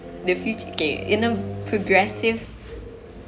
the huge gap you know progressive